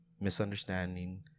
Misunderstanding